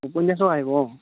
উপন্যাসো আহিব অঁ